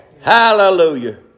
Hallelujah